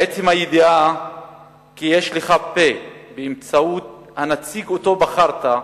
עצם הידיעה שיש לך פה, באמצעות הנציג שבחרת,